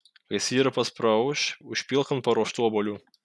kai sirupas praauš užpilk ant paruoštų obuolių